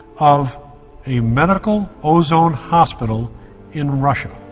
of a medical ozone hospital in russia